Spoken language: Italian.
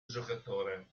giocatore